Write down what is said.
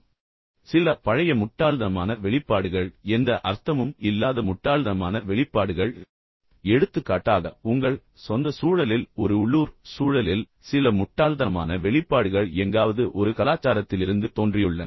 எனவே சில பழைய முட்டாள்தனமான வெளிப்பாடுகள் எனவே எந்த அர்த்தமும் இல்லாத முட்டாள்தனமான வெளிப்பாடுகள் எடுத்துக்காட்டாக உங்கள் சொந்த சூழலில் ஒரு உள்ளூர் சூழலில் சில முட்டாள்தனமான வெளிப்பாடுகள் எங்காவது ஒரு கலாச்சாரத்திலிருந்து தோன்றியுள்ளன